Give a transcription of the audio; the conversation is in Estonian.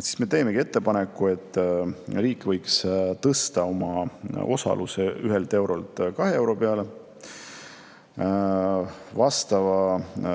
siis me teemegi ettepaneku, et riik võiks tõsta oma osaluse 1 eurolt 2 euro peale. Sellise